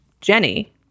Jenny